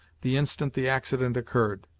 the instant the accident occurred.